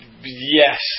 Yes